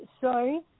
sorry